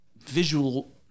visual